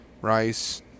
rice